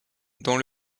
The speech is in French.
dans